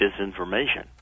disinformation